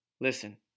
Listen